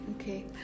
Okay